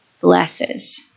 blesses